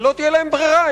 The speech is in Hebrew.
ולא תהיה להם ברירה,